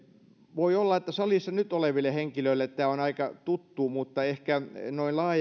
voi olla että salissa nyt oleville henkilöille tämä on aika tuttu mutta ehkä noin laajemmin